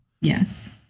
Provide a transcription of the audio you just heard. Yes